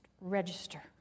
register